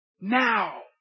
now